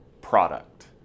product